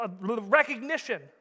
recognition